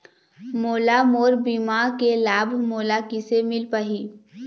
मोला मोर बीमा के लाभ मोला किसे मिल पाही?